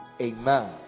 Amen